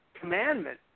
commandment